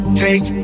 take